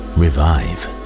revive